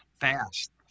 fast